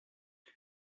com